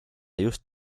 just